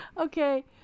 Okay